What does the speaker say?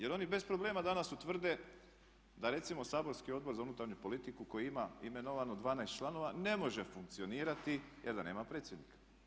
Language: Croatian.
Jer oni bez problema danas tvrde da recimo saborski Odbor za unutarnju politiku koji ima imenovano 12 članova ne može funkcionirati jer nema predsjednika.